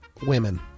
women